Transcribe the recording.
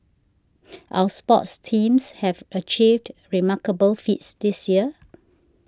our sports teams have achieved remarkable feats this year